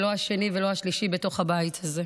ולא השני ולא השלישי בתוך הבית הזה.